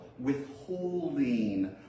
withholding